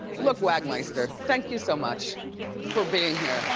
look wagmeister, thank you so much. thank you. for being